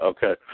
Okay